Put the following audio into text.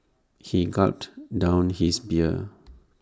he gulped down his beer